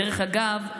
דרך אגב,